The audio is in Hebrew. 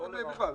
אלא בכלל.